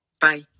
Bye